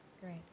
Great